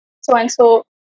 so-and-so